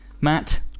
Matt